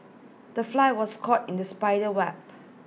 the fly was caught in the spider web